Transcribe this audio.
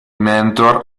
mentor